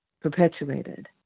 perpetuated